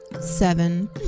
seven